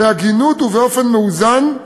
בהגינות ובאופן מאוזן,